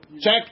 check